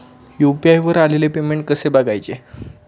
UPI वर आलेले payment कसे बघायचे?